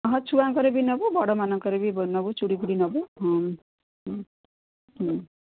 ହଁ ଛୁଆଙ୍କର ବି ନବୁ ବଡ଼ ମାନଙ୍କର ବି ନବୁ ଚୁଡ଼ି ଫୁଡ଼ି ନବୁ ହଁ ହୁଁ ହୁଁ